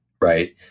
right